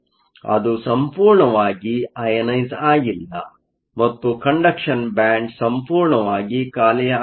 ಅದು ಸಂಪೂರ್ಣವಾಗಿ ಅಯನೈಸ಼್ ಆಗಿಲ್ಲ ಮತ್ತು ಕಂಡಕ್ಷನ್ ಬ್ಯಾಂಡ್ ಸಂಪೂರ್ಣವಾಗಿ ಖಾಲಿಯಾಗುತ್ತದೆ